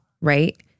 right